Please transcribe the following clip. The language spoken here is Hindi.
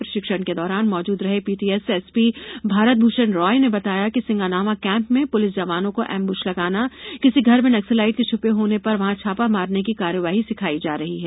प्रशिक्षण के दौरान मौजूद रहे पीटीएस एसपी भारत भूषण राय ने बताया कि सिंगानामा कैंप में पुलिस जवानों को एंबुश लगाना किसी घर में नक्सलाइट के छूपे होने पर वहां छापा मारने की कार्रवाई सिखाई जा रही है